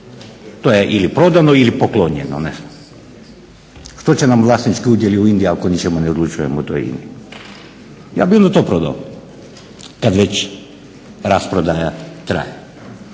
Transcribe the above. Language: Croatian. to je ili prodano ili poklonjeno. Što će nam vlasnički udjeli u INA-i ako o ničemu ne odlučujemo u toj INA-i? ja bih i to prodao kada već rasprodaja traje.